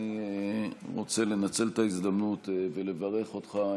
אני רוצה לנצל את ההזדמנות ולברך אותך,